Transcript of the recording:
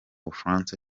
bufaransa